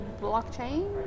blockchain